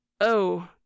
Oh